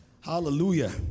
Hallelujah